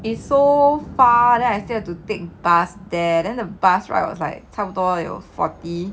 it's so far then I still have to take bus there then the bus right was like 差不多有 forty